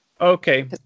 Okay